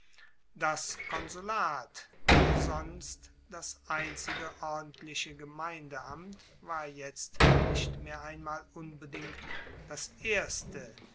das konsulat sonst das einzige ordentliche gemeindeamt war jetzt nicht mehr einmal unbedingt das erste